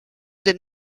did